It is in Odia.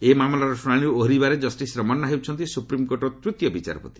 ଏହି ମାମଲାର ଶୁଣାଣିରୁ ଓହରିବାରେ ଜଷ୍ଟିସ୍ ରମନ୍ଧା ହେଉଛନ୍ତି ସୁପ୍ରିମକୋର୍ଟର ତୂତୀୟ ବିଚାରପତି